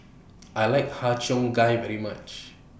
I like Har Cheong Gai very much